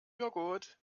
joghurt